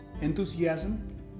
enthusiasm